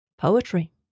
Poetry